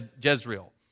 Jezreel